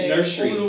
Nursery